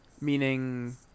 Meaning